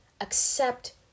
accept